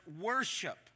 worship